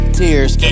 tears